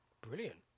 brilliant